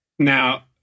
Now